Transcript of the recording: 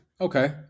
Okay